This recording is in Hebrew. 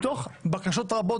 מתוך בקשות רבות,